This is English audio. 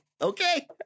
Okay